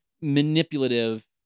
manipulative